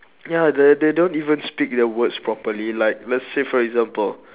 ya they they don't even speak their words properly like let's say for example